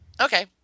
okay